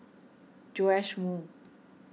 Joash Moo